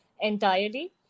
entirely